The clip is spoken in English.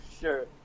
sure